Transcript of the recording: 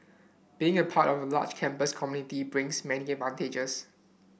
being a part of a large campus community brings many advantages